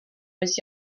was